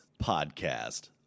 podcast